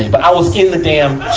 but i was in the damn